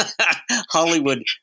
Hollywood